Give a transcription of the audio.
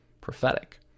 Prophetic